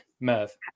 Merv